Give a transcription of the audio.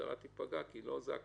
המשטרה לא תיפגע, כי לא זו הכוונה,